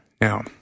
Now